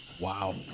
Wow